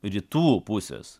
rytų pusės